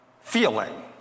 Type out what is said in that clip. feeling